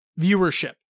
viewership